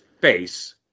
face